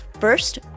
First